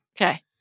Okay